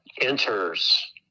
Enters